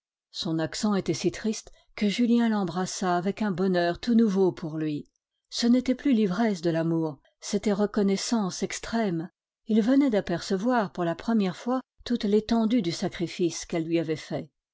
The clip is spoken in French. son accent était si triste que julien l'embrassa avec un bonheur tout nouveau pour lui ce n'était plus l'ivresse de l'amour c'était reconnaissance extrême il venait d'apercevoir pour la première fois toute l'étendue du sacrifice qu'elle lui avait fait